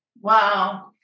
Wow